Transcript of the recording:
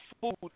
food